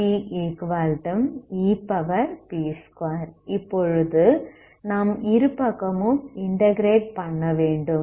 e2pdpep2இப்பொழுது நாம் இருபக்கமும் இன்டகிரேட் பண்ணவேண்டும்